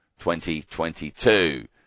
2022